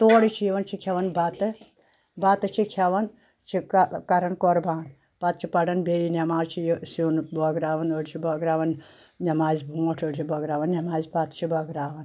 تورٕ چھِ یِوان چھِ کھیٚوان بَتہٕ بَتہٕ چھِ کھیٚوان چھِ کَران قۄربان پتہٕ چھِ پران بییٚہِ نیٚماز چھِ یہِ سِیُن بٲگراوان أڑۍ چھِ بٲگراوان نیٚمازِ برٛونٛٹھ أڑۍ چھِ بٲگراوان نیٚمازِ پَتہٕ چھِ بٲگراوان